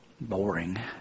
boring